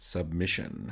Submission